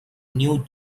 new